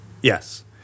Yes